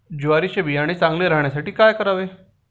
ज्वारीचे बियाणे चांगले राहण्यासाठी काय करावे?